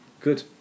Good